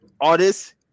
artist